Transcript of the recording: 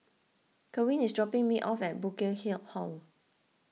Kerwin is dropping me off at Burkill Hill Hall